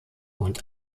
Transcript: und